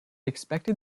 expected